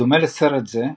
בדומה לסרט זה,